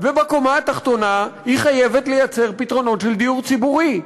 ובקומה התחתונה היא חייבת לייצר פתרונות של דיור ציבורי.